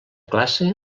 classe